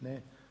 Ne.